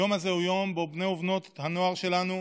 היום הזה הוא יום שבו בני ובנות הנוער שלנו